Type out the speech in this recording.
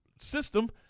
system